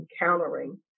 encountering